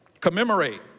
commemorate